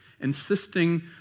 insisting